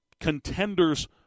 contenders